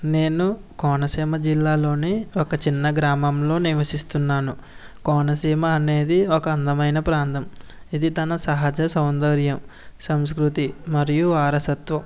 నేను కోనసీమా జిల్లా లోనే ఒక చిన్న గ్రామంలో నివసిస్తున్నాను కోనసీమ అనేది ఒక అందమైన ప్రాంతం ఇది తన సహజ సౌందర్యం సంస్కృతి మరియు వారసత్వం